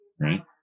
right